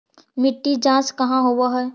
मिट्टी जाँच कहाँ होव है?